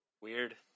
weird